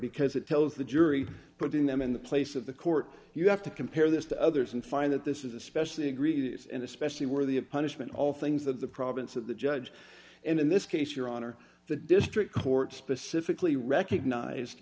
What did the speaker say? because it tells the jury putting them in the place of the court you have to compare this to others and find that this is especially egregious and especially worthy of punishment all things that the province of the judge and in this case your honor the district court specifically recognized